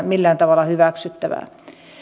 millään tavalla hyväksyttävää